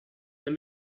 let